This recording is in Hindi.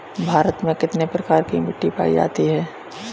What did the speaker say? भारत में कितने प्रकार की मिट्टी पायी जाती है?